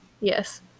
yes